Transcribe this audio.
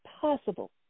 possible